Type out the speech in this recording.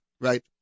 right